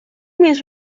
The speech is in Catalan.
més